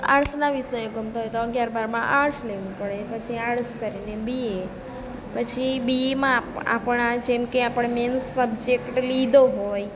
આર્ટસના વિષય ગમતા હોય તો અગિયાર બારમા આર્ટસ લેવું પડે પછી આર્ટસ કરીને બીએ પછી બીએમાં આપણા જેમકે આપણે મેઈન સબ્જેક્ટ લીધો હોય